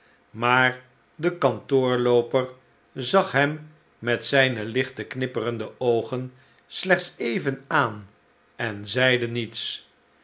maar de kantoorlooper zag hem met zijne lichte knippende oogen slechts even aan en zeide niets